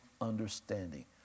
understanding